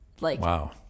wow